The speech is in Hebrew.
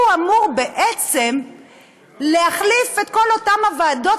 הוא אמור בעצם להחליף את כל אותן הוועדות